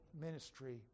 ministry